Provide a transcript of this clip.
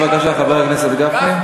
בבקשה, חבר הכנסת גפני.